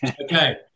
okay